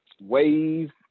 wave